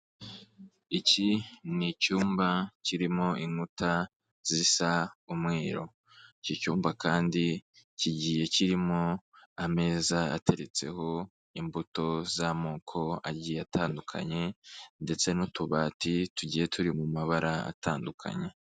Iki ni icyumba kirimo inkuta zisa umweru, iki cyumba kandi kigiye kirimo ameza ateretseho imbuto z'amoko atandukanye ndetse n'utubati tugiye turi mu mabara atandukanye.